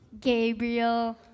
Gabriel